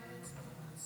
מזמינים אותך.